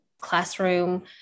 classroom